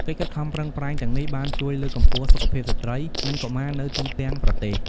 កិច្ចខិតខំប្រឹងប្រែងទាំងនេះបានជួយលើកកម្ពស់សុខភាពស្ត្រី និងកុមារនៅទូទាំងប្រទេស។